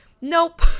nope